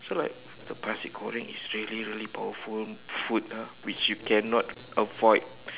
so like the nasi goreng is really really powerful food ah which you cannot avoid